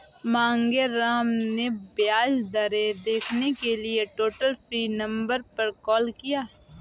मांगेराम ने ब्याज दरें देखने के लिए टोल फ्री नंबर पर कॉल किया